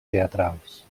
teatrals